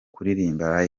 kuririmba